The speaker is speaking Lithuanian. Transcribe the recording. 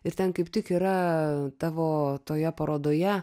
ir ten kaip tik yra tavo toje parodoje